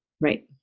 Right